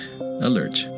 alert